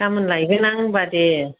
गामोन लायगोन आं होमबा दे